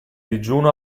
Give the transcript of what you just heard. digiuno